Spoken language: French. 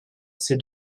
ces